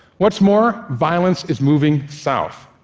what's more, violence is moving south,